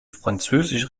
französische